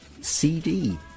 CD